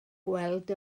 gweld